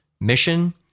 mission